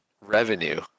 revenue